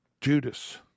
Judas